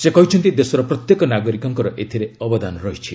ସେ କହିଛନ୍ତି ଦେଶର ପ୍ରତ୍ୟେକ ନାଗରିକଙ୍କର ଏଥିରେ ଅବଦାନ ରହିଛି